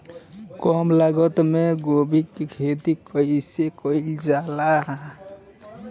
कम लागत मे गोभी की खेती कइसे कइल जाला?